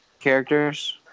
Characters